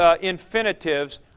infinitives